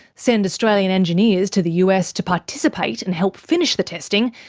send australian engineers to the us to participate and help finish the testing,